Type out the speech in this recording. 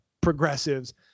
progressives